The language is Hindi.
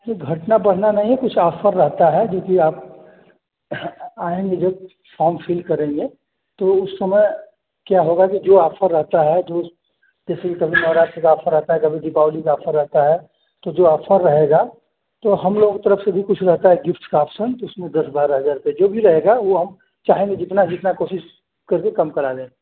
घटना बढ़ना नहीं कुछ आफ़र रहता है जो कि आप आएँगे जब फॉम फिल करेंगे तो उस समय क्या होगा कि जो आफ़र रहता है जो जैसे कि कभी नवरात्रि का आफ़र आता है कभी दीपावली का आफ़र आता है तो जो आफ़र रहेगा तो हम लोगों कि तरफ़ से भी कुछ रहता है गिफ्ट का ऑप्शन तो उसमें दस बारह हज़ार रुपये जो भी रहेगा वह हम चाहे जितना जितना कोशिश कभी कम करा लें